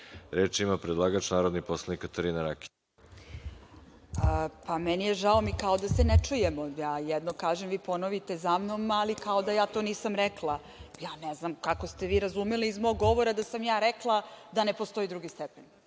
ima predlagač, narodni poslanik Katarina Rakić. **Katarina Rakić** Meni je žao, mi kao da se ne čujemo. Ja jedno kažem, a vi ponovite za mnom, ali kao da ja to nisam rekla. Ja ne znam kako ste vi razumeli iz mog govora da sam ja rekla da ne postoji drugi stepen.